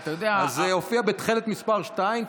אז זה הופיע בתכלת מס' 2,